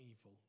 evil